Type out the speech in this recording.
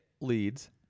leads